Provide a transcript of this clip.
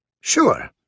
Sure